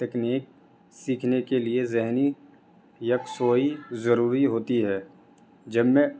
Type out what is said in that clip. تکنیک سیکھنے کے لیے ذہنی یکسوئی ضروری ہوتی ہے جب میں